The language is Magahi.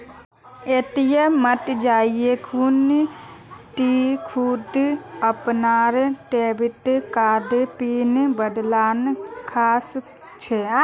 ए.टी.एम मत जाइ खूना टी खुद अपनार डेबिट कार्डर पिन बदलवा सख छि